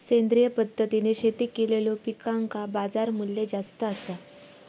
सेंद्रिय पद्धतीने शेती केलेलो पिकांका बाजारमूल्य जास्त आसा